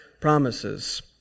promises